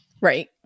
Right